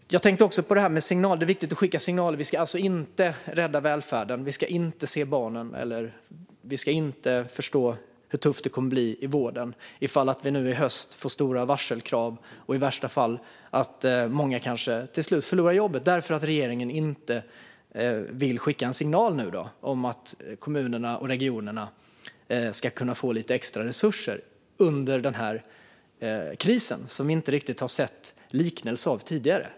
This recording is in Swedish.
Jag tänkte också på detta med att det är viktigt att skicka signaler. Vi ska alltså inte rädda välfärden, och vi ska inte se barnen. Vi ska inte förstå hur tufft det kommer att bli i vården om vi nu i höst får stora varselkrav och många i värsta fall kanske till slut förlorar jobbet - därför att regeringen inte vill skicka signalen att kommunerna och regionerna ska kunna få lite extra resurser under denna kris vars like vi inte riktigt har sett tidigare.